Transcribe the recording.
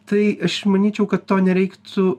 tai aš manyčiau kad to nereiktų